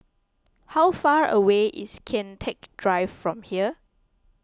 how far away is Kian Teck Drive from here